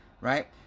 right